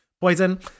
poison